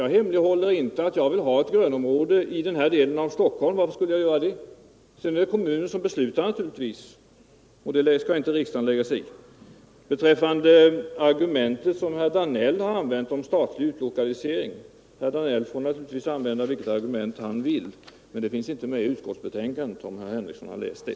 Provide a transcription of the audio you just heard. Jag hemlighåller inte att jag vill ha ett grönområde i denna del av Stockholm. Varför skulle jag göra det? Men det är naturligtvis kommunen som beslutar, och det skall inte riksdagen lägga sig i. Herr Danell har som argument anfört den statliga utlokaliseringen. Herr Danell får naturligtvis använda vilka argument han vill, men jag vill påpeka att det inte finns med i utskottsbetänkandet.